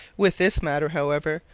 with this matter, however,